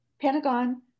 Pentagon